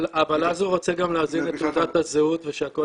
אבל אז הוא רוצה גם להזין את תעודת הזהות ושהכול